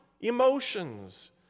emotions